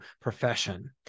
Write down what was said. profession